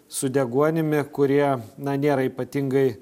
su deguonimi kurie nėra ypatingai